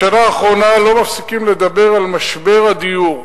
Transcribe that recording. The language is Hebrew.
בשנה האחרונה לא מפסיקים לדבר על משבר הדיור.